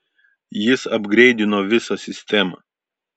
jis apgreidino visą sistemą